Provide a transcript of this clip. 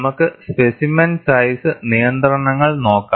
നമുക്ക് specimen size നിയന്ത്രണങ്ങൾ നോക്കാം